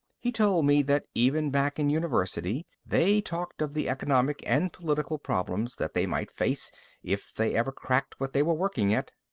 he told me that even back in university, they talked of the economic and political problems that they might face if they ever cracked what they were working at.